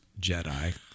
Jedi